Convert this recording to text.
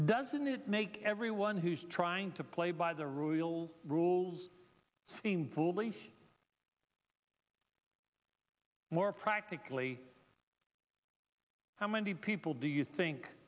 doesn't it make everyone who's trying to play by the rules rules seem foolish more practically how many people do you think